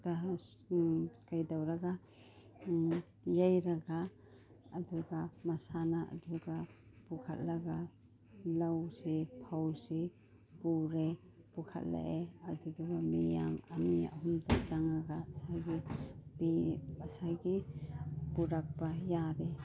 ꯀꯩꯗꯧꯔꯒ ꯌꯩꯔꯒ ꯑꯗꯨꯒ ꯃꯁꯥꯅ ꯑꯗꯨꯒ ꯄꯨꯈꯠꯂꯒ ꯂꯧꯁꯤ ꯐꯧꯁꯤ ꯄꯨꯔꯦ ꯄꯨꯈꯠꯂꯛꯑꯦ ꯑꯗꯨꯗꯨꯒ ꯃꯤ ꯌꯥꯝ ꯑꯅꯤ ꯑꯍꯨꯝꯇ ꯆꯪꯉꯒ ꯉꯁꯥꯏꯒꯤ ꯉꯁꯥꯏꯒꯤ ꯄꯨꯔꯛꯄ ꯌꯥꯔꯦ